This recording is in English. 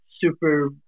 super